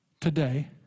today